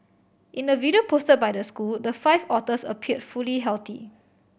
in a video posted by the school the five otters appeared fully healthy